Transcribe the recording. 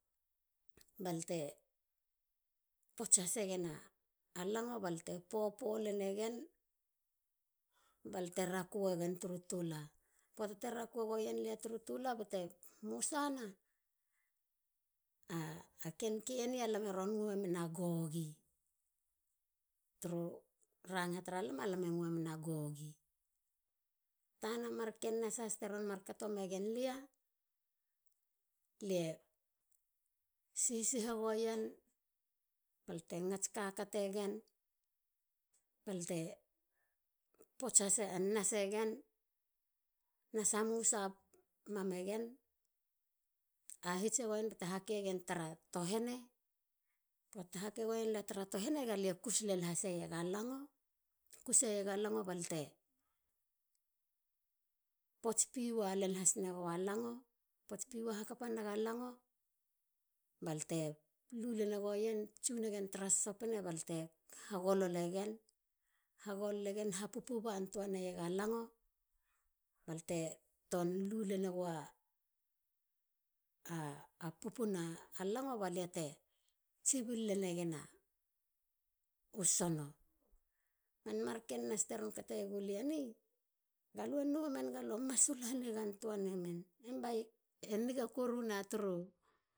Balte pots hasegen a lango balte popo lanagen. balte raku egen turu tula. poata te rakueguen turu tula ba te musana. Hesitation. a ken keni lame pue mena gogi. turu ranga tra lam. lam e pue men a gogi. Tana mar ken nas has teron mar kato megen alia. lie sihi sihi goen balte tots kakategen balte nas e gen. na hamusa mam egen. ahits eguen ba te ha ke gen tara tohene. Poata te hakegen tara tohene galia kus len has naga lango balte pots piwa len has nagua lango. Pots piwa hakapa nago a lango. balte lu lene guen tsu len nagen tra sosopene. alte hagololo gen. ha pupiu bantoa naiega lango balte tsibil lene gen a sono. mar ken nas teron katoegulie ni ga lue nou hanigam. lue masulim. e ni koruna turu